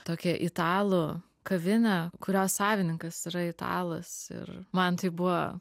tokią italų kavinę kurios savininkas yra italas ir man tai buvo